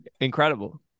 incredible